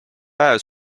päev